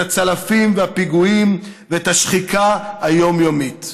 את הצלפים והפיגועים ואת השחיקה היומיומית.